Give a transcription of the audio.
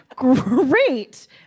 Great